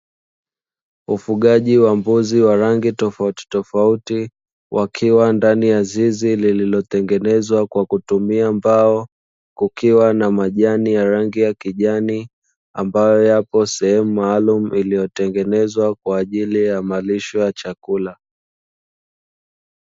Ufugaji wa mbuzi wa rangi tofautitofauti wakiwa ndani ya zizi lililotengenezwa kwa kutumia mbao, kukiwa na majani ya rangi ya kijani ambayo yapo sehemu maalumu iliyotengenezwa kwa ajili ya malisho ya chakula.